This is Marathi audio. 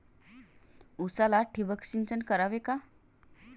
उसाला ठिबक सिंचन करावे का?